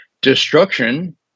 destruction